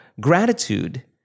gratitude